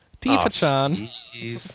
Tifa-chan